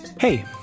Hey